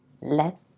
let